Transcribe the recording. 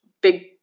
big